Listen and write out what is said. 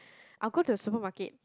I'll go to a supermarket